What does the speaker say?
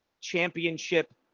championship